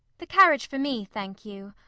the carriage for me, thank you.